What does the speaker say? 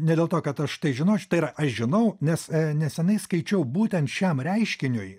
ne dėl to kad aš tai žinoč tai yra aš žinau nes nesenai skaičiau būtent šiam reiškiniui